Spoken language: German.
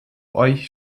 euch